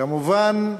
כמובן,